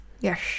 Yes